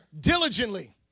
diligently